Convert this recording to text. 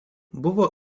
buvo